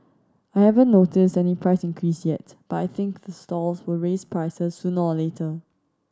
I haven't noticed any price increase yet but I think the stalls will raise prices sooner or later